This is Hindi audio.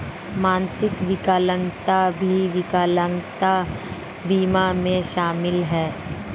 मानसिक विकलांगता भी विकलांगता बीमा में शामिल हैं